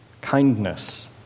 kindness